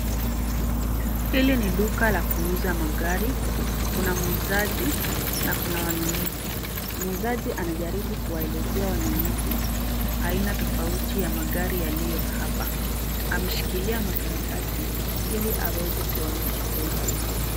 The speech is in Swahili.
Hili ni duka la kuuza magari; kuna muuzaji na kuna wanunuzi. Muuzaji anajaribu kuwaelezea wanunuzi aina tofauti ya magari yaliyo hapa. Ameshikilia makaratasi ili aweze kuwaonyesha kwa zaidi.